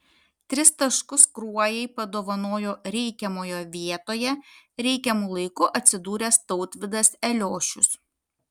tris taškus kruojai padovanojo reikiamoje vietoje reikiamu laiku atsidūręs tautvydas eliošius